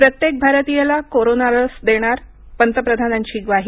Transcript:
प्रत्येक भारतीयाला कोरोना लस देणार पंतप्रधानांची ग्वाही